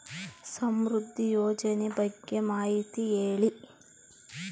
ಸಮೃದ್ಧಿ ಯೋಜನೆ ಬಗ್ಗೆ ಮಾಹಿತಿ ಹೇಳಿ?